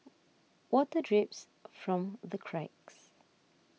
water drips from the cracks